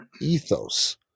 ethos